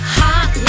hot